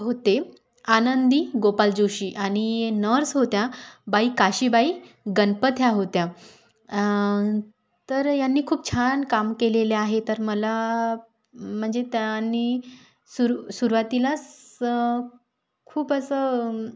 होते आनंदी गोपाल जोशी आणि नर्स होत्या बाई काशीबाई गनपत ह्या होत्या तर यांनी खूप छान काम केलेले आहे तर मला म्हणजे त्यानी सूर सुरुवातीलाच खूप असं